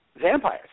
vampires